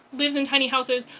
lives in tiny houses,